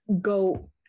go